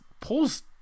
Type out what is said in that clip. pulls